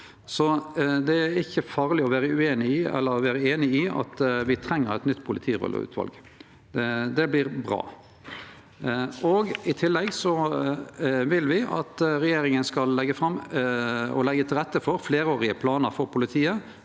Det er ikkje farleg å vere einig i at me treng eit nytt politirolleutval. Det vert bra. I tillegg vil me at regjeringa skal leggje til rette for fleirårige planar for politiet